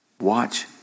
watch